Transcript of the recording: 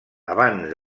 abans